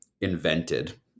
invented